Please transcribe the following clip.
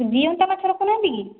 ଜିଅନ୍ତା ମାଛ ରଖୁନାହାନ୍ତି କି